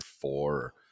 four